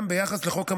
גם ביחס לחוק המודל.